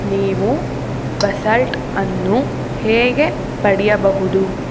ನೀವು ಬಸಾಲ್ಟ್ ಅನ್ನು ಹೇಗೆ ಪಡೆಯಬಹುದು